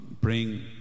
praying